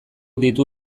ditu